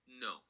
no